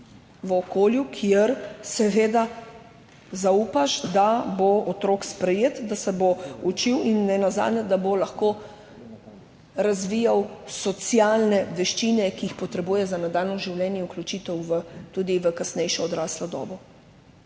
v okolju, kjer seveda zaupaš, da bo otrok sprejet, da se bo učil, in nenazadnje, da bo lahko razvijal socialne veščine, ki jih potrebuje za nadaljnje življenje in vključitev tudi v kasnejšo odraslo dobo.